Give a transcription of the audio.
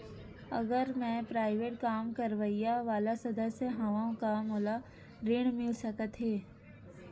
अगर मैं प्राइवेट काम करइया वाला सदस्य हावव का मोला ऋण मिल सकथे?